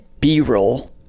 B-roll